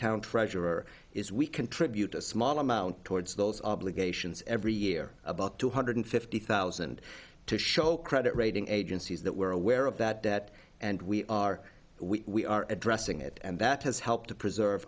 town treasurer is we contribute a small amount towards those obligations every year about two hundred fifty thousand to show credit rating agencies that were aware of that debt and we are we are addressing it and that has helped to preserve